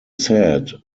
said